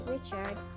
Richard